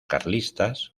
carlistas